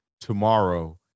tomorrow